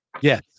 Yes